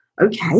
Okay